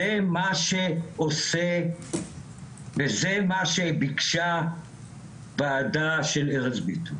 מה שעושה וזה מה שביקשה הוועדה של ארז ביטון